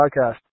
podcast